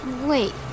Wait